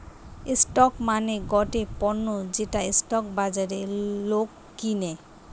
stock মানে গটে পণ্য যেটা স্টক বাজারে লোক কিনে